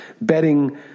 betting